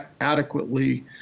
adequately